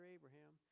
Abraham